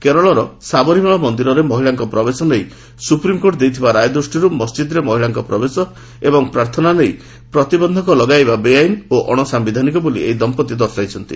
କେରଳର ସାବରିମାଳା ମନ୍ଦିରରେ ମହିଳାଙ୍କ ପ୍ରବେଶ ନେଇ ସୁପ୍ରିମ୍କୋର୍ଟ ଦେଇଥିବା ରାୟ ଦୂଷ୍ଟିରୁ ମସ୍ଜିଦ୍ରେ ମହିଳାଙ୍କ ପ୍ରବେଶ ଏବଂ ପ୍ରାର୍ଥନା ନେଇ ପ୍ରତିବନ୍ଧକ ଲଗାଇବା ବେଆଇନ ଓ ଅଣସାୟିଧାନିକ ବୋଲି ଏହି ଦମ୍ପତି ଦର୍ଶାଇଛନ୍ତି